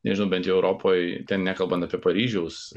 nežinau bent jau europoj nekalbant apie paryžiaus